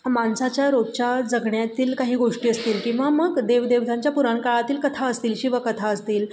माणसाच्या रोजच्या जगण्यातील काही गोष्टी असतील किंवा मग देवदेवतांच्या पुराणकाळातील कथा असतील शिवकथा असतील